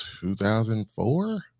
2004